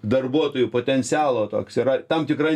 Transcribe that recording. darbuotojų potencialo toks yra tam tikra